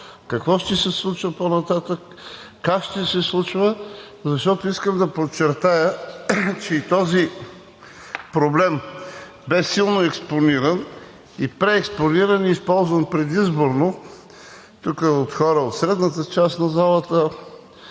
какво ще се случва по-нататък, как ще се случва? Искам да подчертая, че и този проблем бе силно експониран и преекспониран, и използван предизборно тук от хора от средната част на залата.